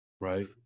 right